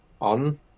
on